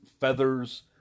feathers